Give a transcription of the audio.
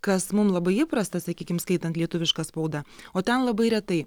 kas mum labai įprasta sakykim skaitant lietuvišką spaudą o ten labai retai